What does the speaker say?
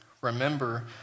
Remember